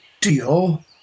deal